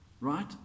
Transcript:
Right